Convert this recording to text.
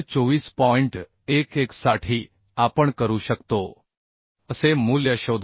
11 साठी आपण करू शकतोअसे मूल्य शोधा